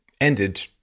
ended